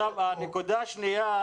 הנקודה השנייה,